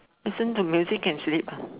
listen to music can sleep ah